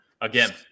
again